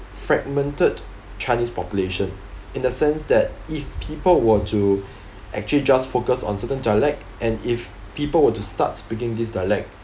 fragmented chinese population in the sense that if people were to actually just focus on certain dialect and if people were to start speaking this dialect